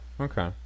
Okay